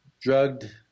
drugged